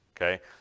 Okay